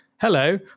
hello